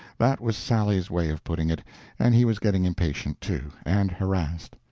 that was sally's way of putting it and he was getting impatient, too, and harassed.